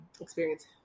experience